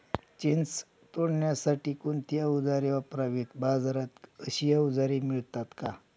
चिंच तोडण्यासाठी कोणती औजारे वापरावीत? बाजारात अशी औजारे मिळतात का?